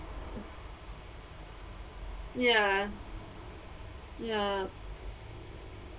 ya ya